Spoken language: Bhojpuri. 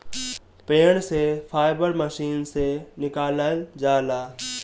पेड़ से फाइबर मशीन से निकालल जाला